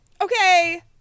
Okay